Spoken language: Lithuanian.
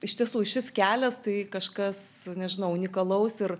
iš tiesų šis kelias tai kažkas nežinau unikalaus ir